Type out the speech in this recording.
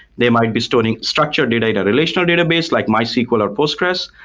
they might be storing structured data, relational database, like mysql or postgresql.